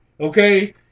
okay